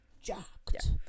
jacked